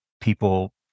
people